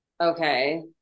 okay